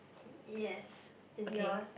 yes is your